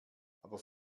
aber